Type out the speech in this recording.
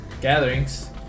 gatherings